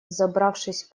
взобравшись